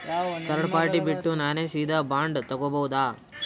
Third party ಬಿಟ್ಟು ನಾನೇ ಸೀದಾ ಬಾಂಡ್ ತೋಗೊಭೌದಾ?